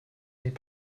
n’est